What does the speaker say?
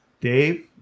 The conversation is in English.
Dave